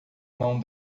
mão